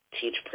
teach